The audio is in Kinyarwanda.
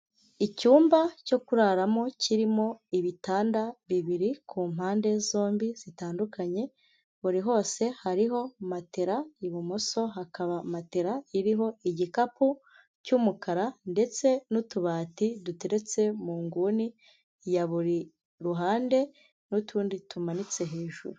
Icyumba cyo kuraramo kirimo ibitanda bibiri ku mpande zombi zitandukanye, buri hose hariho matera, ibumoso hakaba matera iriho igikapu cy'umukara ndetse n'utubati duteretse mu nguni ya buri ruhande n'utundi tumanitse hejuru.